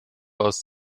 aus